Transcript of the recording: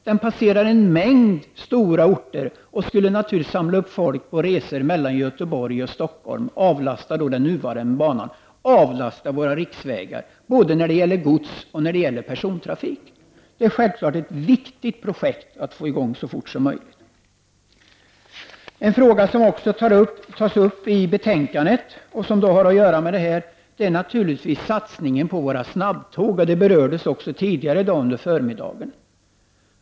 Den passerar en mängd stora orter och skulle naturligtvis kunna samla upp de människor som reser mellan Göteborg och Stockholm. Det skulle avlasta den nuvarande banan och riksvägarna, när det gäller både godsoch persontrafik. Detta är självklart ett viktigt projekt att få i gång så fort som möjligt. En fråga som också tas upp i betänkandet, och som har att göra med detta, är naturligtvis satsningen på snabbtåg. Det berördes också tidigare i dag under förmiddagen.